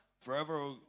forever